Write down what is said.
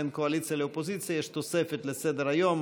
בין קואליציה לאופוזיציה יש תוספת לסדר-היום,